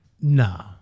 No